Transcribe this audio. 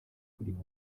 kuriha